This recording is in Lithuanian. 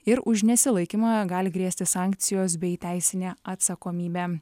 ir už nesilaikymą gali grėsti sankcijos bei teisinė atsakomybė